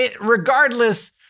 Regardless